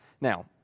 Now